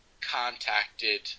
contacted